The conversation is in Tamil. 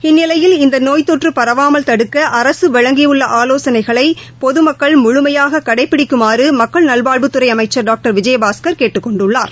இந்நிலையில் இந்தநோய் தொற்றுபரவாமல் தடுக்க அரசுவழங்கியுள்ள ஆவோசனைகளைபொதுமக்கள் முழுமையாககடைபிடிக்குமாறுமக்கள் நல்வாழ்வுத்துறைஅமைச்சா் டாக்டர் விஜயபாஸ்கர் கேட்டுக் கொண்டுள்ளார்